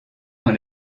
dans